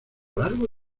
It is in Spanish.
largo